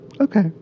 okay